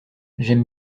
j’aime